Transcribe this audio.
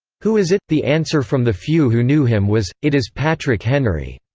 who is it the answer from the few who knew him was, it is patrick henry.